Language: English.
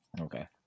Okay